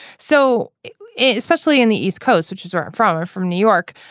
so especially in the east coast which is where i'm from from new york.